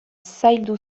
zaildu